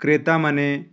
କ୍ରେତାମାନେ